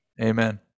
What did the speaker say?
Amen